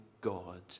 God